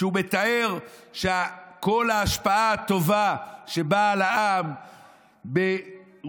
והוא מתאר שכל ההשפעה הטובה שבאה על העם ברוח,